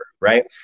right